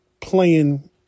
playing